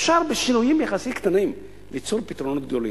אפשר בשינויים יחסית קטנים ליצור פתרונות גדולים,